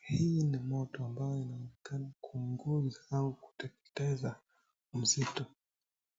Hii ni moto ambao inaonekana kuungua au kuteketeza msitu,